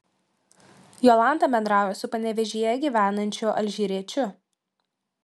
jolanta bendrauja su panevėžyje gyvenančiu alžyriečiu